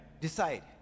Decide